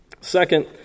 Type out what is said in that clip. Second